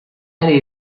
aree